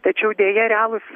tačiau deja realūs